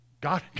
God